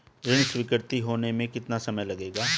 ऋण स्वीकृत होने में कितना समय लगेगा?